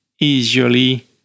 easily